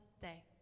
day